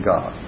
God